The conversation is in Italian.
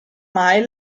mai